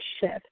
shift